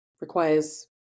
requires